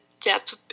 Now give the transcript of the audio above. depth